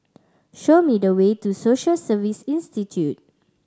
show me the way to Social Service Institute